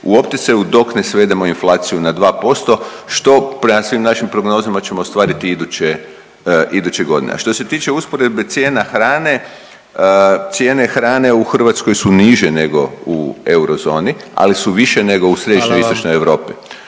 u opticaju dok ne svedemo inflaciju na 2% što prema svim našim prognozama ćemo ostvariti iduće godine. A što se tiče usporedbe cijena hrane cijene hrane u Hrvatskoj su niže nego u eurozoni ali su više nego u središnjoj istočnoj Europi.